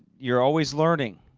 you're always learning.